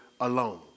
alone